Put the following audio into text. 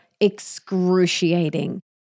excruciating